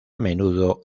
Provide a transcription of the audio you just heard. menudo